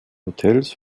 hotels